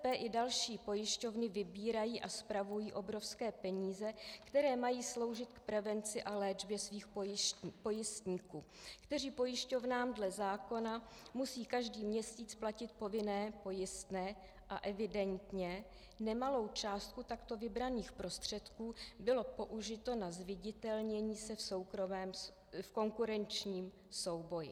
VZP i další pojišťovny vybírají a spravují obrovské peníze, které mají sloužit k prevenci a léčbě svých pojistníků, kteří pojišťovnám dle zákona musí každý měsíc platit povinné pojistné, a evidentně nemalá částka takto vybraných prostředků byla použita na zviditelnění se v konkurenčním souboji.